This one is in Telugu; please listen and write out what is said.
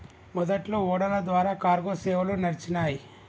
మొదట్లో ఓడల ద్వారా కార్గో సేవలు నడిచినాయ్